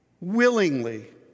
willingly